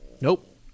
Nope